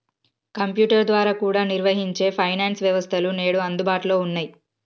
computer ద్వారా కూడా నిర్వహించే ఫైనాన్స్ వ్యవస్థలు నేడు అందుబాటులో ఉన్నయ్యి